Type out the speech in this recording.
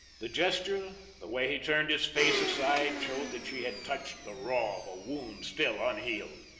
the gesture, the way he turned his face aside showed that she had touched the raw of a wound still unhealed.